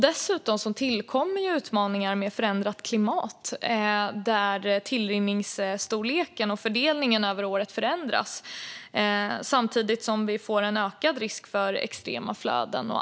Dessutom tillkommer utmaningar med förändrat klimat, där tillrinningsstorleken och fördelningen över året förändras samtidigt som vi får en ökad risk för extrema flöden.